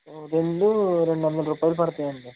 రెండు రెండు వందలు రూపాయలు పడుతాయండి